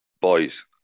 Boys